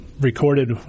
recorded